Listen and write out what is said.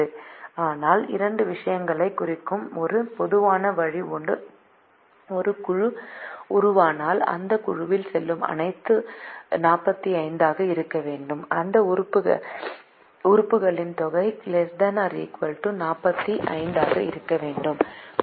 அதனால் ∑ j ai Xij≤B Y j இரண்டு விஷயங்களைக் குறிக்கும் ஒரு பொதுவான வழி ஒரு குழு உருவானால் அந்தக் குழுவில் செல்லும் அனைத்தும் whatever 45 ஆக இருக்க வேண்டும் அந்த உறுப்புகளின் தொகை ≤ 45 ஆக இருக்க வேண்டும்